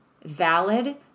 Valid